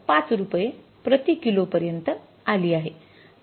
५ रुपये प्रति किलोपर्यंत आली आहे